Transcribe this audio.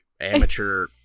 amateur